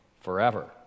forever